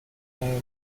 نیومده